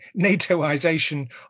NATOization